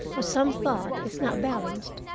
or some thought, is not balanced,